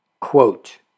Quote